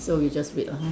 so we just wait lah hor